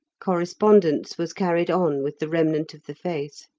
correspondence was carried on with the remnant of the faith.